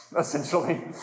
essentially